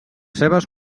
seves